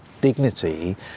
dignity